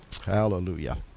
hallelujah